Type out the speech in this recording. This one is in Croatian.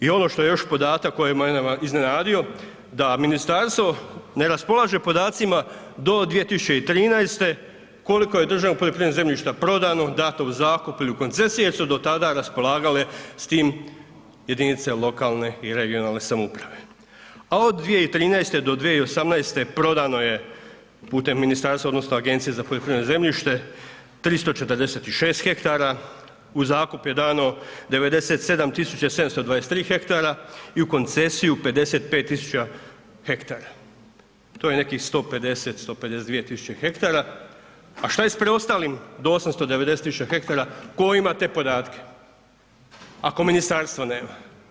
I ono što je još podatak koji je mene iznenadio da ministarstvo ne raspolaže podacima do 2013. koliko je državnog poljoprivrednog zemljišta prodano, dato u zakup ili u koncesije jer su do tada raspolagale s tim jedinice lokalne i regionalne samouprave, a od 2013. do 2018. prodano je putem ministarstva odnosno Agencije za poljoprivredno zemljište 346 hektara, u zakup je dano 97 723 hektara i u koncesiju 55 000 hektara, to je nekih 150-152 000 hektara, a šta je s preostalim do 890 000 hektara, tko ima te podatke ako ministarstvo nema?